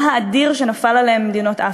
האדיר שנפל עליהם ממדינות אפריקה.